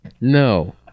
No